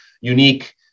unique